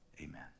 Amen